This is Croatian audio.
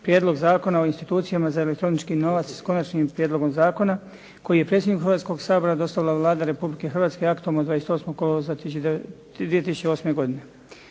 Prijedlog zakona o institucijama za elektronički novac, s konačnim prijedlogom zakona koji je predsjedniku Hrvatskoga sabora dostavila Vlada Republike Hrvatske aktom od 28. kolovoza 2008. godine.